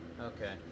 Okay